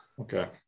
Okay